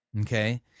okay